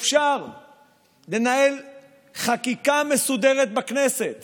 אפשר לנהל חקיקה מסודרת בכנסת